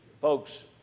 folks